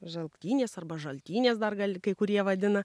žalktynės arba žaltynės dar gal kai kurie vadina